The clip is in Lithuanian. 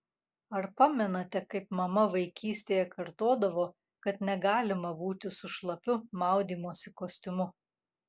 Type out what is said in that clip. ar pamenate kaip mama vaikystėje kartodavo kad negalima būti su šlapiu maudymosi kostiumu